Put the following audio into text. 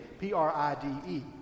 P-R-I-D-E